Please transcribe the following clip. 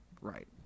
Right